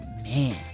man